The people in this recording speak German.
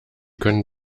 könnten